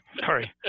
Sorry